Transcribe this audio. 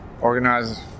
organize